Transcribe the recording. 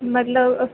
ਮਤਲਬ